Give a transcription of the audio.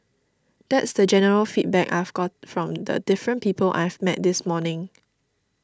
that's the general feedback I've got from the different people I've met this morning